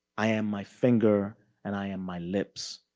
i am my finger and i am my lips,